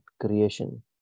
creation